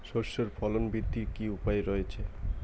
সর্ষের ফলন বৃদ্ধির কি উপায় রয়েছে?